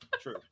True